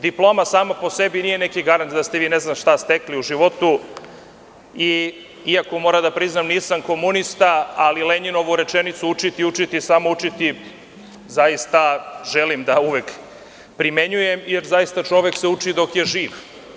Diploma sama po sebi nije neki garant da ste vi ne znam šta stekli u životu, iako moram da priznam nisam komunista, ali Lenjinovu rečenicu – učiti, učiti i samo učiti, zaista želim da uvek primenjujem, jer zaista, čovek se uči dok je živ.